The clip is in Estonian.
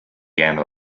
jäänud